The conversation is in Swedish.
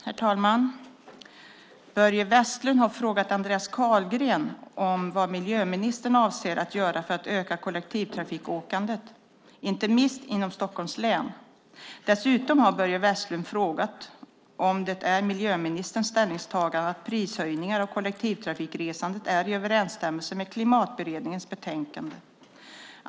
Herr talman! Börje Vestlund har frågat miljöminister Andreas Carlgren vad han avser att göra för att öka kollektivtrafikåkandet, inte minst inom Stockholms län. Dessutom har Börje Vestlund frågat om det är miljöministerns ställningstagande att prishöjningar på kollektivtrafikresandet är i överstämmelse med Klimatberedningens betänkande.